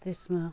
त्यसमा